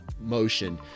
motion